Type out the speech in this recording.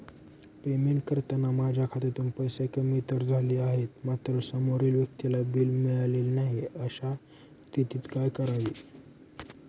Payment करताना माझ्या खात्यातून पैसे कमी तर झाले आहेत मात्र समोरील व्यक्तीला बिल मिळालेले नाही, अशा स्थितीत काय करावे?